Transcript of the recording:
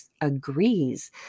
agrees